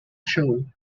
show